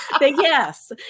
Yes